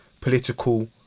political